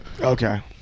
Okay